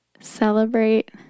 Celebrate